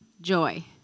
joy